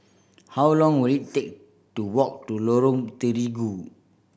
how long will it take to walk to Lorong Terigu